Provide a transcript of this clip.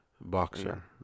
Boxer